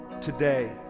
today